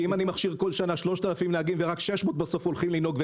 אם אני מכשיר בכל שנה 3,000 נהגים ורק 600 בסוף הולכים לנהוג,